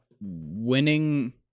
winning –